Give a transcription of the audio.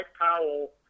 Powell